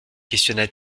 questionna